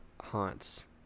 haunts